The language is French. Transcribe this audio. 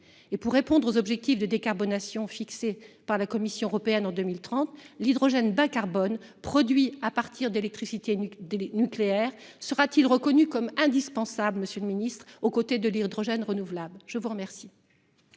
pour atteindre les objectifs de décarbonation fixés par la Commission européenne en 2030, l'hydrogène bas-carbone produit à partir d'électricité nucléaire sera-t-il reconnu comme indispensable, à l'instar de l'hydrogène renouvelable ? La parole